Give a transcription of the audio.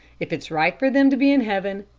if it's right for them to be in heaven,